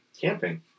Camping